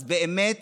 אז באמת